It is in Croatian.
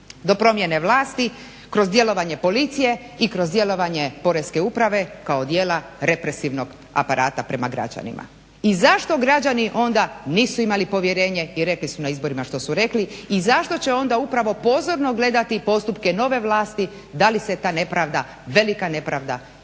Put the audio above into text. do promjene vlasti, kroz djelovanje policije i kroz djelovanje Poreske uprave kao dijela represivnog aparata prema građanima. I zašto građani onda nisu imali povjerenje i rekli su na izborima što su rekli, i zašto će onda upravo pozorno gledati postupke nove vlasti, da li se ta nepravda, velika nepravda